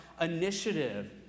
initiative